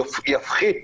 יפחית